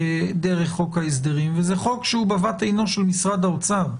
חוק ההסדרים וזה חוק שהוא בבת עינו של משרד האוצר,